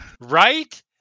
Right